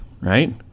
Right